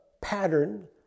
pattern